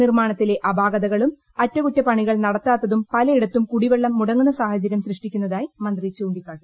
നിർമാണത്തിലെ അപാകതകളും അറ്റകുറ്റ പണികൾ നടത്താത്തും പലയിടത്തും കുടിവെള്ളം മുടങ്ങുന്ന സാഹചരൃം സൃഷ്ടിക്കുന്നതായി മന്ത്രി ചൂണ്ടിക്കാട്ടി